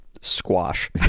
squash